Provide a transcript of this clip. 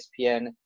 ESPN